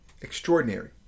extraordinary